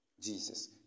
Jesus